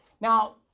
now